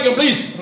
please